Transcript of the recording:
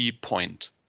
point